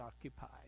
occupied